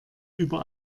über